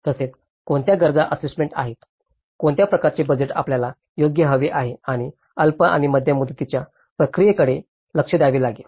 तसेच कोणत्या गरजा असेसमेंट आहेत कोणत्या प्रकारचे बजेट आपल्याला योग्य हवे आहे आणि अल्प आणि मध्यम मुदतीच्या प्रक्रियेकडे लक्ष द्यावे लागेल